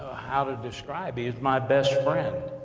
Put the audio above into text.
how to describe. he's my best friend.